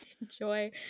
enjoy